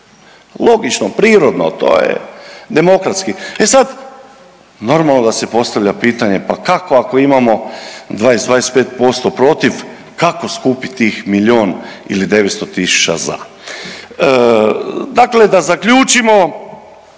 logično, prirodno, to je demokratski.E sad normalno da se postavlja pitanje pa kako ako imamo 20, 25% protiv kako skupit tih miljon ili 900.000 za. Dakle da zaključim